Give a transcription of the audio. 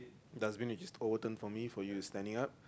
dustbin which is overturned for me for you which is standing up